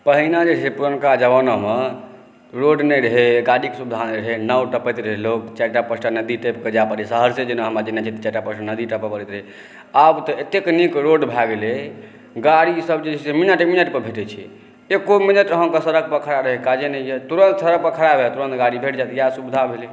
पहिने जे छै पुरनका जमानामे रोड नहि रहै गाड़ीके सुविधा नहि रहै नाव टपैत रहै लोग चारिटा पाँचटा नदी टपि कऽ जाए पड़य सहरसे जेना हमरा जेनाइ छै तऽ चारिटा पाँचटा नदी टपय पड़ैत रहै आब तऽ एतेक नीक रोड भए गेलै गाड़ीसभ जे छै मिनट मिनटपर भेटै छै एको मिनट अहाँकेँ सड़कपर खड़ा रहैके काजे नहि यए तुरन्त सड़कपर खड़ा होयब तुरन्त गाड़ी भेट जायत इएह सुविधा भेलै